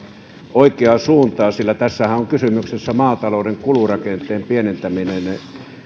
oikeaa suuntaa sillä tässähän on kysymyksessä maatalouden kulurakenteen pienentäminen